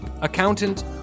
accountant